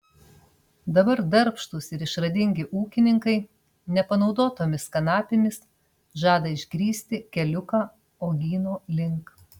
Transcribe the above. dabar darbštūs ir išradingi ūkininkai nepanaudotomis kanapėmis žada išgrįsti keliuką uogyno link